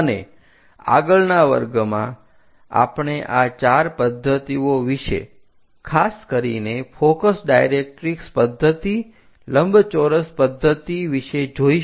અને આગળના વર્ગમાં આપણે આ ચાર પદ્ધતિઓ વિષે ખાસ કરીને ફોકસ ડાયરેક્ટ્રિક્ષ પદ્ધતિ લંબચોરસ પદ્ધતિ વિષે જોઈશું